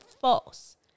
false